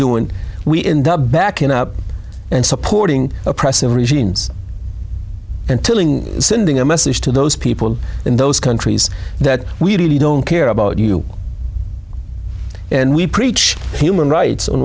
doing we in the back you know and supporting oppressive regimes and telling sending a message to those people in those countries that we really don't care about you and we preach human rights on